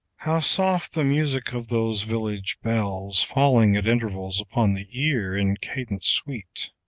how soft the music of those village bells, falling at intervals upon the ear in cadence sweet